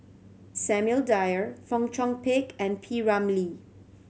Samuel Dyer Fong Chong Pik and P Ramlee